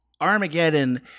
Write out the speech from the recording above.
Armageddon